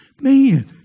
Man